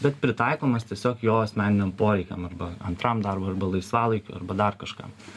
bet pritaikomas tiesiog jo asmeniniam poreikiam arba antram darbui arba laisvalaikiui arba dar kažkam